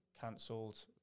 cancelled